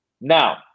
Now